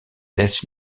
laisse